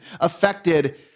affected